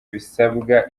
bisabwa